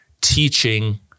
teaching